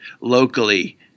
locally